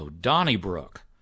Donnybrook